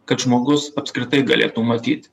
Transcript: kad žmogus apskritai galėtų matyt